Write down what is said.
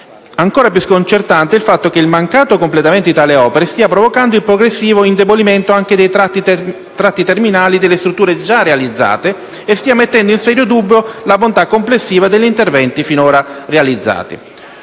Ancora più sconcertante è il fatto che il mancato completamento di tali opere stia provocando il progressivo indebolimento anche dei tratti terminali delle strutture già realizzate e stia mettendo in serio dubbio la bontà complessiva degli interventi finora realizzati.